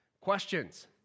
questions